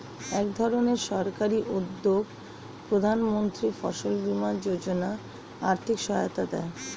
একধরনের সরকারি উদ্যোগ প্রধানমন্ত্রী ফসল বীমা যোজনা আর্থিক সহায়তা দেয়